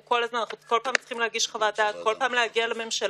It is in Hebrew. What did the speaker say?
אנחנו משרתים בפקולטה של החיים, לומדים